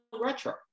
retro